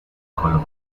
color